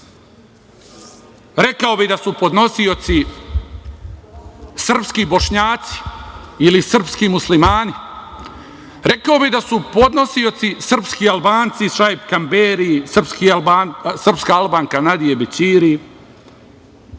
rekao bih da su podnosioci srpski Bošnjaci ili srpski Muslimani, rekao bih da su podnosioci srpski Albanci Šaip Kamberi, srpska Albanka Nadije Bećiri,